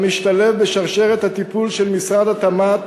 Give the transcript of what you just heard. המשתלב בשרשרת הטיפול של משרד התמ"ת,